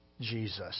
Jesus